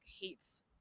hates